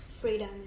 Freedom